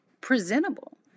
presentable